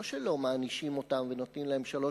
לא שלא מענישים אותם ונותנים להם שלוש